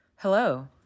Hello